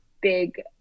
big